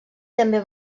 també